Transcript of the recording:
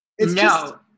No